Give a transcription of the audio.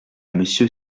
monsieur